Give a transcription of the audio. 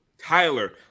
Tyler